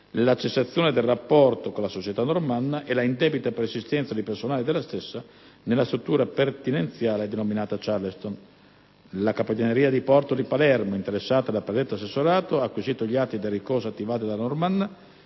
la cessazione del rapporto con la società Normanna e la indebita persistenza di personale della stessa nella struttura pertinenziale denominata Charleston. La Capitaneria di porto di Palermo, interessata dal predetto assessorato, ha acquisito gli atti del ricorso attivato dalla Normanna